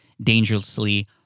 Dangerously